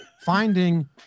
finding